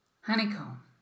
Honeycomb